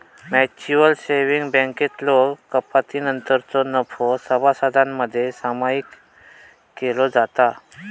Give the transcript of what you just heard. mutual savings बँकेतलो कपातीनंतरचो नफो सभासदांमध्ये सामायिक केलो जाता